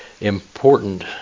important